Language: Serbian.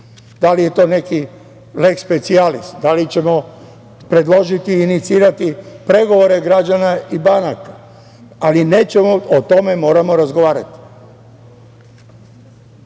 Da li je to neki leks specijalis, da li ćemo predložiti i inicirati pregovore građana i banaka, ali o tome moramo razgovarati. Na